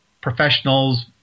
professionals